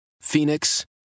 Phoenix